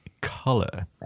Color